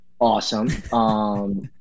awesome